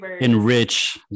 enrich